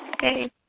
Hey